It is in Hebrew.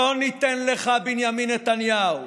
זה מה שקורה, לא ניתן לך, בנימין נתניהו.